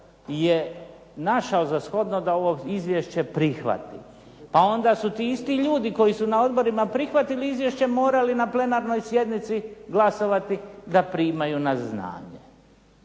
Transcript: je našao za shodno da ovo izvješće prihvati, pa onda su ti isti ljudi koji su na odborima prihvatili izvješće morali na plenarnoj sjednici glasovati da primaju na znanje.